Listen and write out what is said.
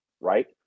right